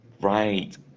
right